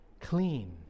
Clean